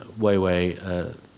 Weiwei